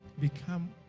become